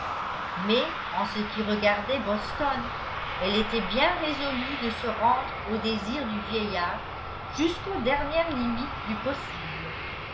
mais en ce qui regardait boston elle était bien résolue de se rendre aux désirs du vieillard jusqu'aux dernières limites du possible